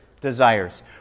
desires